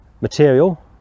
material